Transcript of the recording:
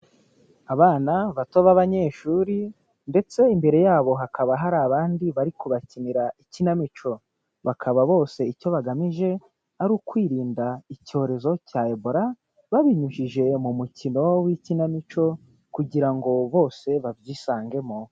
Abana bato b'abanyeshuri, ndetse imbere yabo hakaba hari abandi bari kubakinira ikinamico, bakaba bose icyo bagamije ari ukwirinda icyorezo cya Ebola, babinyujije mu mukino w'ikinamico, kugira ngo bose babyisangemo.